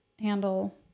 handle